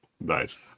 Nice